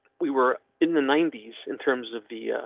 we were in the ninety s in terms of the.